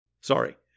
Sorry